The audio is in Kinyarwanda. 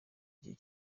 gihe